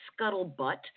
scuttlebutt